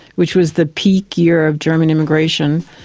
which was the peak year of german immigration,